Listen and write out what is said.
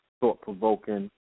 thought-provoking